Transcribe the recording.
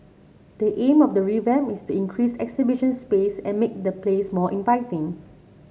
the aim of the revamp is to increase exhibition space and make the place more inviting